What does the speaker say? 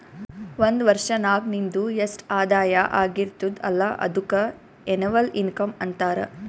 ಒಂದ್ ವರ್ಷನಾಗ್ ನಿಂದು ಎಸ್ಟ್ ಆದಾಯ ಆಗಿರ್ತುದ್ ಅಲ್ಲ ಅದುಕ್ಕ ಎನ್ನವಲ್ ಇನ್ಕಮ್ ಅಂತಾರ